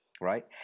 right